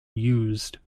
used